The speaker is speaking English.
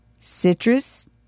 citrus